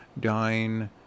dying